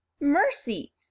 Mercy